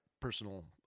personal